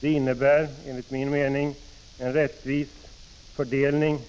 Det innebär enligt min mening en rättvis ändring